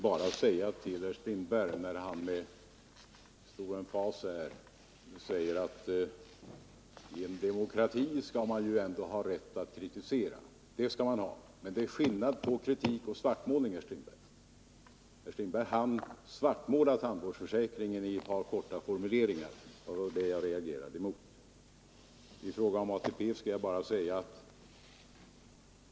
Fru talman! Herr Strindberg säger med stor emfas att i en demokrati skall man ha rätt att kritisera. Det skall man ha. Men det är skillnad på kritik och svartmålning. Herr Strindberg svartmålar tandvårdsförsäkringen i ett par korta formuleringar, och det reagerar jag mot.